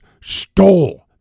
stole